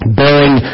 bearing